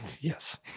Yes